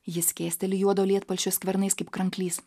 jis skėsteli juodo lietpalčio skvernais kaip kranklys